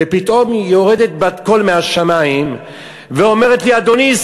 ופתאום יורדת בת-קול מהשמים ואומרת לי: אדוני,